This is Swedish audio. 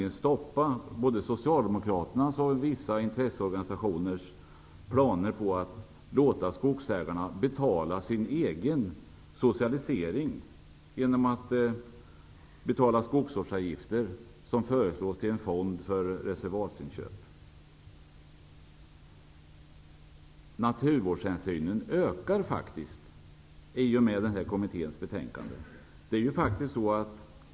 Socialdemokraternas och vissa intresseorganisationers planer på att låta skogsägarna betala sig egen socialisering -- dvs. att låta skogsägarna betala skogsvårdsavgifter till en fond för reservatsinköp -- måste stoppas. Naturvårdshänsynen ökar faktiskt.